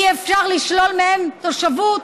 אי-אפשר לשלול מהם תושבות,